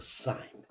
assignment